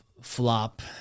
flop